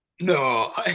No